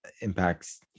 impacts